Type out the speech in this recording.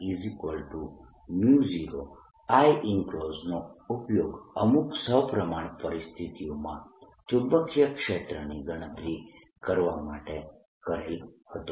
dl0Ienclosed નો ઉપયોગ અમુક સપ્રમાણ પરિસ્થિતિઓમાં ચુંબકીય ક્ષેત્રની ગણતરી કરવા માટે કરેલ હતો